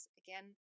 again